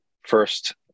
first